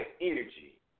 energy